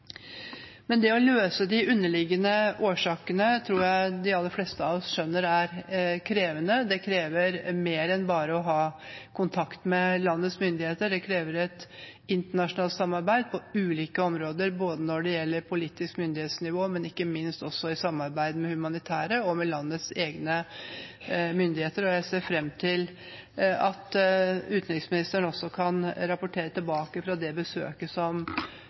å løse de underliggende årsakene tror jeg de aller fleste av oss skjønner er krevende. Det krever mer enn bare å ha kontakt med landets myndigheter. Det krever et internasjonalt samarbeid på ulike områder, både når det gjelder politisk myndighetsnivå, og ikke minst samarbeidet med humanitære aktører og landets egne myndigheter. Jeg ser fram til at utenriksministeren kan rapportere tilbake fra det besøket som